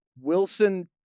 wilson